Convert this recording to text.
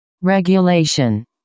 Regulation